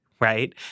right